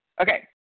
Okay